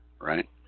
right